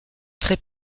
très